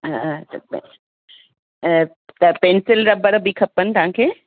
हा त पे त पैंसिल रबड़ बि खपनि तव्हांखे